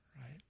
right